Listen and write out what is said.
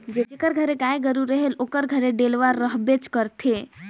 जेकर घरे गाय गरू रहथे ओकर घरे डेलवा रहबे करथे